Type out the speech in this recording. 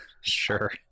sure